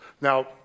Now